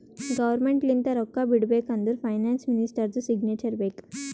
government ಲಿಂತ ರೊಕ್ಕಾ ಬಿಡ್ಬೇಕ ಅಂದುರ್ ಫೈನಾನ್ಸ್ ಮಿನಿಸ್ಟರ್ದು ಸಿಗ್ನೇಚರ್ ಬೇಕ್